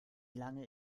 lange